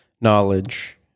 knowledge